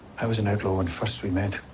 i was an outlaw when first we met.